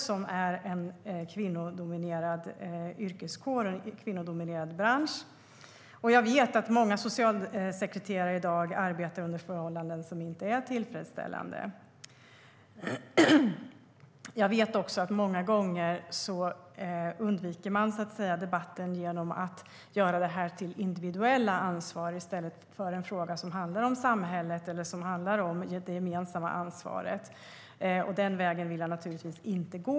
Det är en kvinnodominerad yrkeskår och bransch, och jag vet att många socialsekreterare i dag arbetar under förhållanden som inte är tillfredsställande. Jag vet också att man många gånger undviker debatten genom att göra det här till ett individuellt ansvar i stället för en fråga som handlar om samhället eller det gemensamma ansvaret. Den vägen vill jag naturligtvis inte gå.